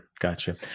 Gotcha